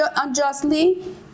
unjustly